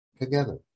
Together